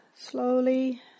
slowly